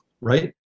right